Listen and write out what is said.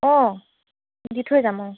অঁ দি থৈ যাম অঁ